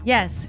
Yes